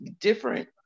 different